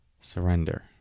surrender